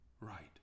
right